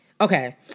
Okay